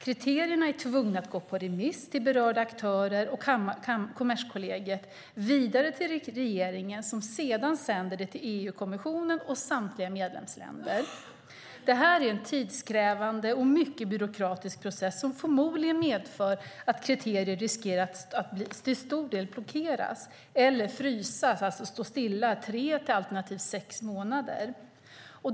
Kriterierna måste sedan gå på remiss till berörda aktörer och Kommerskollegium och vidare till regeringen, som därefter sänder dem till EU-kommissionen och till samtliga medlemsländer. Det är en tidskrävande och mycket byråkratisk process som förmodligen medför att kriterier riskerar att till stor del blockeras eller frysas, det vill säga stå stilla i tre alternativt sex månader.